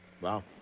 Wow